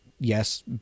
Yes